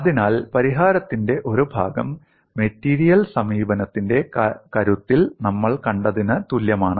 അതിനാൽ പരിഹാരത്തിന്റെ ഒരു ഭാഗം മെറ്റീരിയൽ സമീപനത്തിന്റെ കരുത്തിൽ നമ്മൾ കണ്ടതിന് തുല്യമാണ്